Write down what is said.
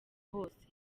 hose